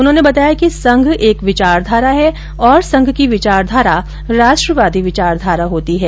उन्होंने बताया कि संघ एक विचारधारा है और संघ की विचारधारा राष्ट्रवादी विचारधारा होती है